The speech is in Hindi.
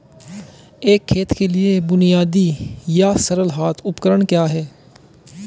एक खेत के लिए बुनियादी या सरल हाथ उपकरण क्या हैं?